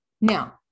Now